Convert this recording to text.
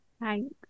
Thanks